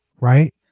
right